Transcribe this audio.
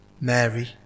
Mary